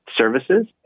services